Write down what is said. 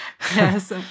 Yes